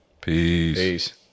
peace